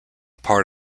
part